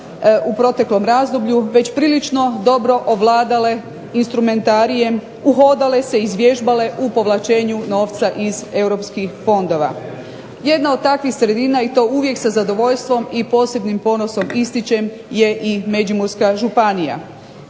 u proteklom razdoblju već prilično dobro ovladale instrumentarijem uhodale se, izvježbale u povlačenju novca iz europskih fondova. Jedna od takvih sredina i to uvijek sa zadovoljstvom i posebnim ponosom ističem je i Međimurska županija.